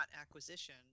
acquisition